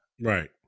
Right